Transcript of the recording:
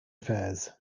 affairs